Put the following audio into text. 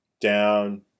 down